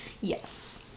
Yes